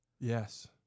Yes